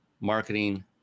marketing